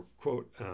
quote